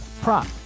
prop